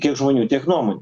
kiek žmonių tiek nuomonių